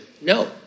No